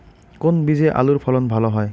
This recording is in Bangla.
কোন বীজে আলুর ফলন ভালো হয়?